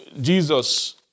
Jesus